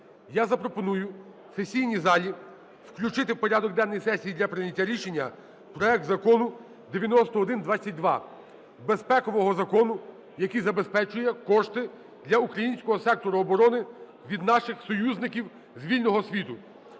я запропоную сесійній залі включити в порядок денний сесії для прийняття рішення проект Закону 9122, безпекового закону, який забезпечує кошти для українського сектору оборони від наших союзників з вільного світу,